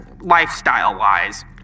lifestyle-wise